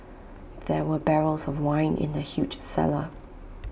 there were barrels of wine in the huge cellar